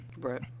Right